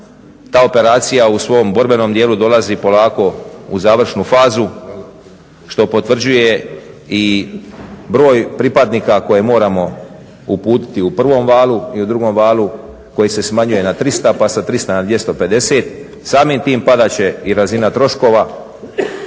ta operacija u svom borbenom dijelu dolazi polako u završnu fazu što potvrđuje i broj pripadnika koje moramo uputiti u prvom valu i u drugom valu koji se smanjuje na 300 pa sa 300 na 250, samim tim padat će i razina troškova.